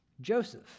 Joseph